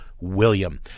William